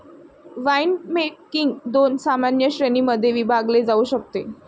winemaking दोन सामान्य श्रेणीं मध्ये विभागले जाऊ शकते